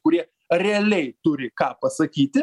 kurie realiai turi ką pasakyti